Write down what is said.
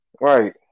Right